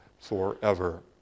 forever